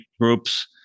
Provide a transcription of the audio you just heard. groups